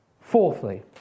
Fourthly